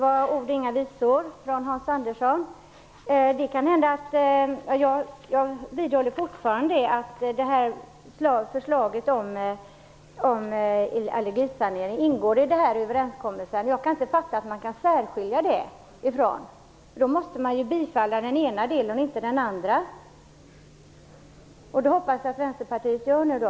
Fru talman! Det var ord och inga visor från Hans Jag vidhåller att förslaget om allergisanering ingår i överenskommelsen - jag kan inte förstå att man kan särskilja det från den. Då måste man ju bifalla den ena delen men inte den andra. Det hoppas jag att Vänsterpartiet gör nu då!